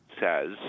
says